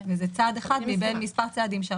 וזה צעד אחד מבין מספר צעדים.